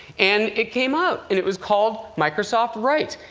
and it came out, and it was called microsoft write.